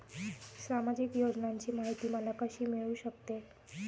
सामाजिक योजनांची माहिती मला कशी मिळू शकते?